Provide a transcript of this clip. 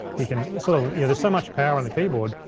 you can, sort of yeah there's so much power in the keyboard,